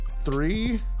three